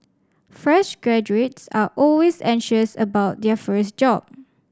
fresh graduates are always anxious about their first job